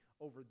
over